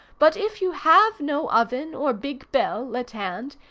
but if you have no oven or big bell, at hand,